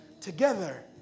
together